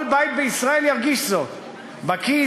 כל בית בישראל ירגיש זאת בכיס,